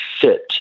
fit